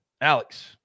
alex